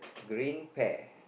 green pair